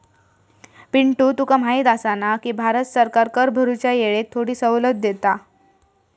पिंटू तुका माहिती आसा ना, की भारत सरकार कर भरूच्या येळेक थोडी सवलत देता